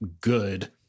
good